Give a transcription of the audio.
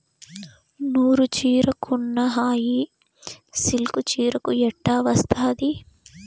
నూరు చీరకున్న హాయి సిల్కు చీరకు ఎట్టా వస్తాది